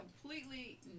completely